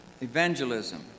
Evangelism